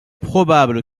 probable